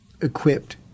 equipped